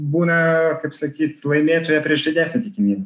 būna kaip sakyt laimėtoja prieš didesnę tikimybę